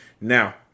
Now